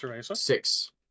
six